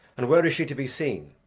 and where is she to be seen,